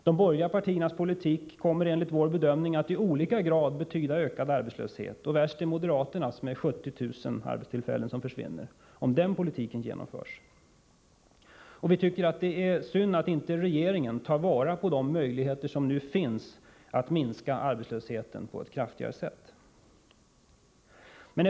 De borgerliga partiernas politik kommer enligt vår bedömning att i olika grad betyda ökad arbetslöshet. Värst är moderaternas; om den politiken genomförs försvinner 70 000 arbetstillfällen. Vi tycker att det är synd att inte regeringen tar vara på de möjligheter som nu finns att kraftigare minska arbetslösheten.